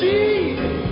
Jesus